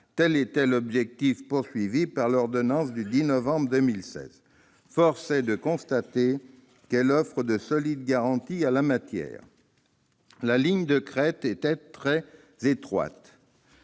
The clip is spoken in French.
tel était l'objectif de l'ordonnance du 10 novembre 2016. Force est de constater qu'elle offre de solides garanties en la matière. La ligne de crête était très étroite,